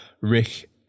Rick